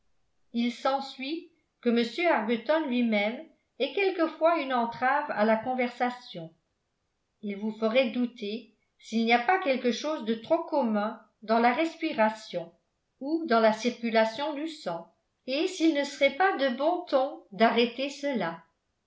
il s'ensuit que m arbuton lui-même est quelquefois une entrave à la conversation il vous ferait douter s'il n'y a pas quelque chose de trop commun dans la respiration ou dans la circulation du sang et s'il ne serait pas de bon ton d'arrêter cela